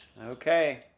okay